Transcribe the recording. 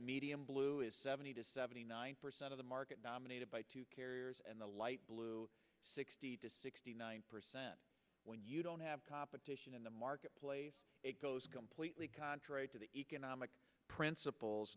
medium blue is seventy to seventy nine percent of the market dominated by two carriers and the light blue sixty to sixty nine percent when you don't have competition in the marketplace it goes completely contrary to the principles